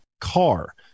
car